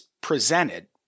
presented